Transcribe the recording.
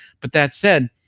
but that said,